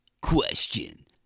Question